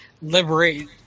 liberate